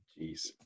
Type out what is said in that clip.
Jeez